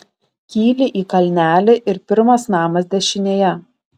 kyli į kalnelį ir pirmas namas dešinėje